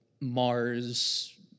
Mars